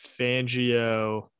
Fangio